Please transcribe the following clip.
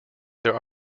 there